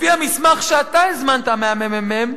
לפי המסמך שאתה הזמנת מהממ"מ,